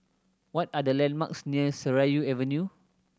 what are the landmarks near Seraya Avenue